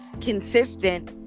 consistent